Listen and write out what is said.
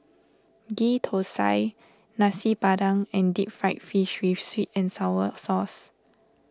Ghee Thosai Nasi Padang and Deep Fried Fish with Sweet and Sour Sauce